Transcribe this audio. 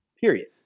period